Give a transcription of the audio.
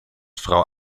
frau